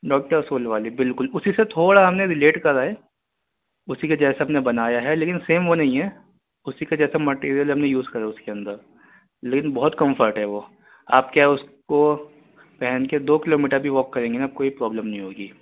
doctor sole والے بالکل اسی سے تھوڑا ہم نے رلیٹ کرا ہے اسی کے جیسا ہم نے بنایا ہے لیکن سیم وہ نہیں ہے اسی کے جیسا مٹیریل ہم نے یوز کرا ہے اس کے اندر لیکن بہت کمفرٹ ہے وہ آپ کیا اس کو پہن کے دو کلو میٹر بھی واک کریں گے نا کوئی پرابلم نہیں ہوگی